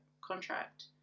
contract